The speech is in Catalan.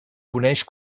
coneix